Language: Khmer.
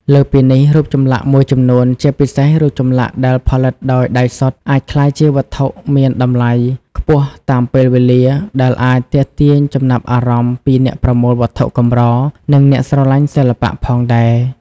លើសពីនេះ រូបចម្លាក់មួយចំនួន ជាពិសេសរូបចម្លាក់ដែលផលិតដោយដៃសុទ្ធ អាចក្លាយជា វត្ថុមានតម្លៃខ្ពស់តាមពេលវេលា ដែលអាចទាក់ទាញចំណាប់អារម្មណ៍ពីអ្នកប្រមូលវត្ថុកម្រ និងអ្នកស្រឡាញ់សិល្បៈផងដែរ។